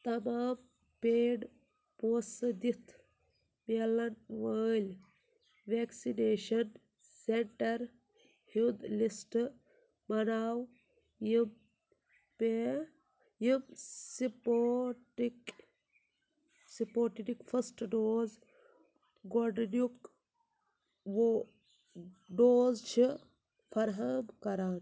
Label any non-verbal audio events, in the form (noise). تمام پیڈ پونٛسہٕ دِتھ میلَن وٲلۍ ویٚکسِنیشن سیٚنٹر ہُنٛد لسٹہٕ بناو یِم (unintelligible) یِم سپوٹٕکۍ سپوٹٕٹٕکۍ فٔسٹہٕ ڈوز گۄڈٕنیٛک ڈوز چھِ فراہم کران